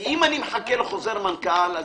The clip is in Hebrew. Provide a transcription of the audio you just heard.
אם אני מחכה לחוזר מנכ"ל,